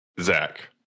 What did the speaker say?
Zach